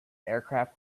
aircraft